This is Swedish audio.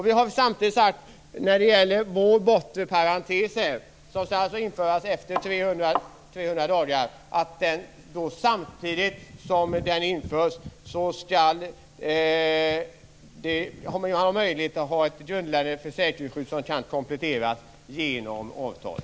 Vi har sagt att samtidigt som den bortre parentesen på 300 dagar införs skall det finnas möjlighet till ett grundligare försäkringsskydd som kan kompletteras genom avtal.